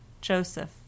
joseph